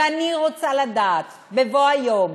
ואני רוצה לדעת, בבוא היום,